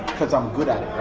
cause i'm good at